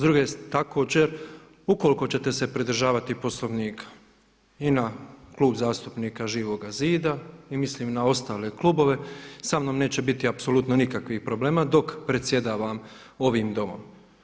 Također, ukoliko ćete se pridržavati Poslovnika i na Klub zastupnika Živoga zida i mislim i na ostale klubove sa mnom neće biti apsolutno nikakvih problema dok predsjedavam ovim Domom.